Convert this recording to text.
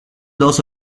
dos